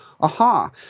Aha